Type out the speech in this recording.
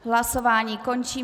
Hlasování končím.